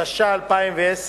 התש"ע 2010,